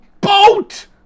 boat